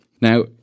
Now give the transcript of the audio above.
Now